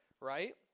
right